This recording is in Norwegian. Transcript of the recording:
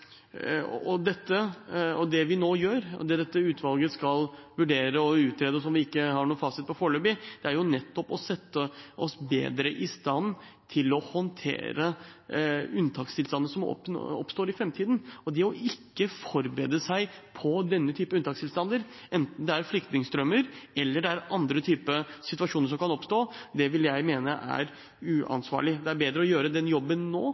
Det dette utvalget skal vurdere og utrede, og som de ikke har noen fasit på foreløpig, er nettopp å sette oss bedre i stand til å håndtere unntakstilstander som oppstår i framtiden. Det å ikke forberede seg på unntakstilstander, enten det er flyktningstrømmer eller andre typer situasjoner som oppstår, vil jeg mene er uansvarlig. Det er bedre å gjøre jobben nå